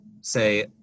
say